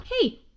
hey